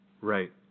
Right